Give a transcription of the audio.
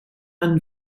einen